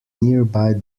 nearby